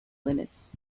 limits